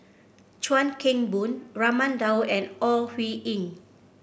Chuan Keng Boon Raman Daud and Ore Huiying